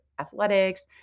athletics